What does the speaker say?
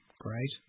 Great